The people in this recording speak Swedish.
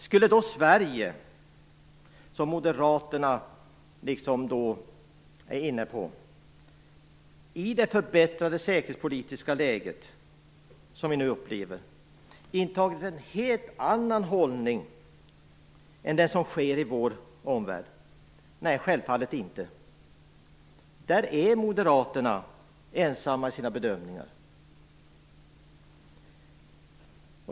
Skulle Sverige - som moderaterna är inne på - i det förbättrade säkerhetspolitiska läge som vi nu upplever inta en helt annan hållning än den som nu intas i vår omvärld? Nej, självfallet inte. Där är moderaterna ensamma i sina bedömningar.